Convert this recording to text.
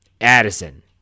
Addison